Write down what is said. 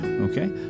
Okay